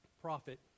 prophet